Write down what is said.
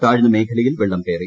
താഴ്ന്ന മേഖലയിൽ വെള്ളം കയറി